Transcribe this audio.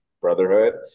brotherhood